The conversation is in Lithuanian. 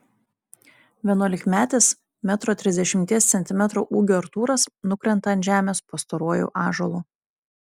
vienuolikmetis metro trisdešimties centimetrų ūgio artūras nukrenta ant žemės po storuoju ąžuolu